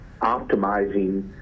optimizing